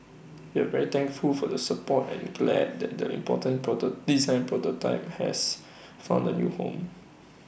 we are very thankful for the support and glad that the important design prototype has found the new home